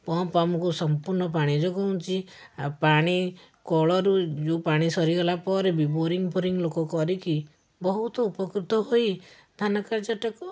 pump ଆମକୁ ସମ୍ପୂର୍ଣ୍ଣ ପାଣି ଯୋଗାଉଛି ଆଉ ପାଣି କଳରୁ ଯେଉଁ ପାଣି ସରିଗଲା ପରେ ବି ବୋରିଙ୍ଗ୍ ଫୋରିଙ୍ଗ୍ ଲୋକ କରିକି ବହୁତ ଉପକୃତ ହୋଇ ଧାନ କାର୍ଯ୍ୟଟାକୁ